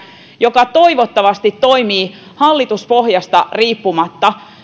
joka toivottavasti toimii hallituspohjasta riippumatta